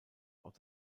auch